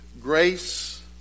grace